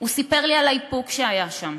הוא סיפר לי על האיפוק שהיה שם,